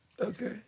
Okay